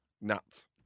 Nuts